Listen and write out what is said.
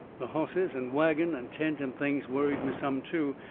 the hosses and wagon and tent and things worried me some, too.